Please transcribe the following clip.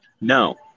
no